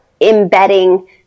embedding